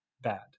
bad